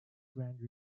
grand